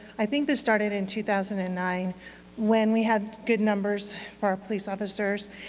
i think this started in two thousand and nine when we have good numbers for our police officers,